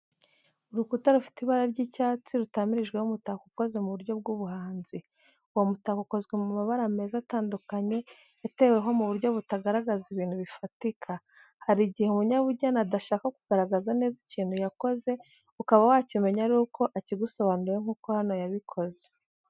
Urukuta rufite ibara ry’icyatsi rutamirijweho umutako ukoze mu buryo bw’ubuhanzi. Uwo mutako ukozwe mu mabara meza atandukanye yateweho mu buryo butagaragaza ibintu bifatika. Hari igihe umunyabugeni adashaka kugaragaza neza ikintu yakoze, ukaba wakimenya ari uko akigusobanuriye nk'uko hano yabikoze.